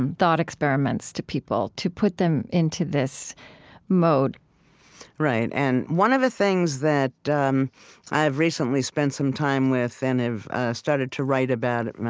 um thought experiments to people, to put them into this mode right, and one of the things that um i've recently spent some time with and have started to write about it now,